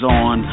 on